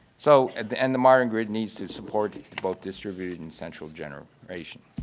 so and the and the modern grid needs to support both distributed and central generation.